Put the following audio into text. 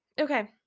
Okay